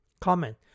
Comment